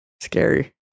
scary